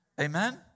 Amen